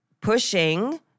pushing